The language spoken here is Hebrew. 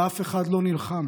ואף אחד לא נלחם.